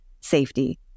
safety